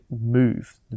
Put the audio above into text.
move